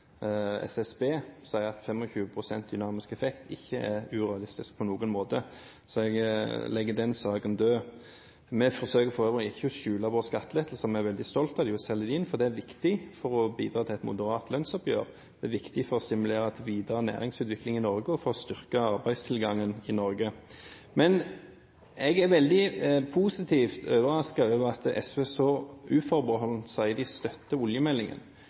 SSB sier at 25 pst. dynamisk effekt ikke er urealistisk på noen måte, så jeg legger den saken død. Vi forsøker for øvrig ikke å skjule våre skattelettelser. Vi er veldig stolte av dem og selger dem inn, for det er viktig for å bidra til et moderat lønnsoppgjør. Det er viktig for å stimulere til næringsutvikling i Norge og for styrke arbeidstilgangen i Norge. Men jeg er veldig positivt overrasket over at SV så uforbeholdent sier at de støtter oljemeldingen,